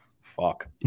Fuck